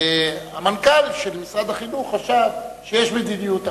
המנכ"ל של משרד החינוך חשב שיש מדיניות אחרת.